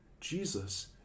jesus